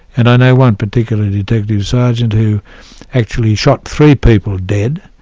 and i know one particular detective-sergeant who actually shot three people dead.